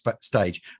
stage